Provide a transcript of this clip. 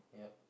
yup